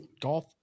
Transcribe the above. golf